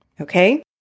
Okay